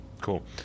Cool